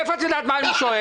מאיפה את יודעת מה אני שואל?